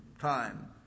time